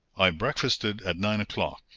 i breakfasted at nine o'clock,